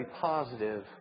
positive